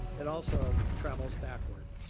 it also travels backward.